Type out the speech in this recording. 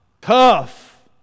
tough